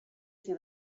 see